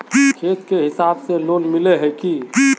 खेत के हिसाब से लोन मिले है की?